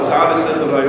הצעה לסדר-היום.